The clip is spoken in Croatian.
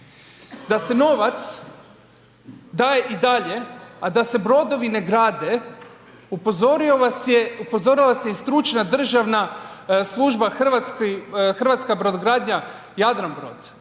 Da se novac daje i dalje, a da se brodovi ne grade, upozorila vas je i stručna državna služba Hrvatska brodogradnja-Jadranbrod